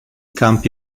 campi